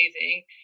amazing